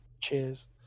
Cheers